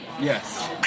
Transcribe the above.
yes